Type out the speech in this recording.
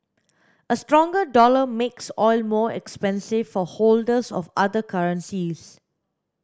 a stronger dollar makes oil more expensive for holders of other currencies